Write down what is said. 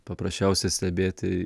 paprasčiausiai stebėti